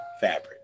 fabric